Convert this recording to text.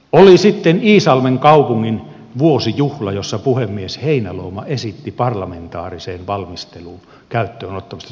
oli sitten iisalmen kaupungin vuosijuhla jossa puhemies heinäluoma esitti parlamentaarisen valmistelun käyttöönottamista todellista yhteistyötä